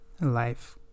life